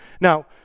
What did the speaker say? Now